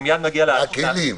מה הכלים?